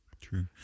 True